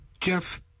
Jeff